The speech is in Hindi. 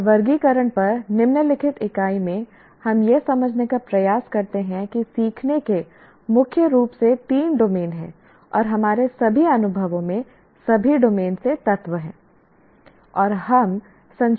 और वर्गीकरण पर निम्नलिखित इकाई में हम यह समझने का प्रयास करते हैं कि सीखने के मुख्य रूप से तीन डोमेन हैं और हमारे सभी अनुभवों में सभी डोमेन से तत्व हैं